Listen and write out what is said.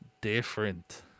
different